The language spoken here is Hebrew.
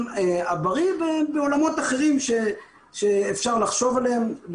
הבריא בעולמות אחרים שאפשר לחשוב עליהם,